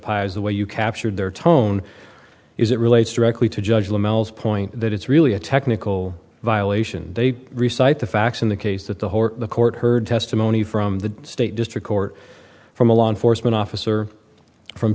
pies the way you captured their tone is it relates directly to judge mel's point that it's really a technical violation they re cite the facts in the case that the whole the court heard testimony from the state district court from a law enforcement officer from